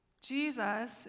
Jesus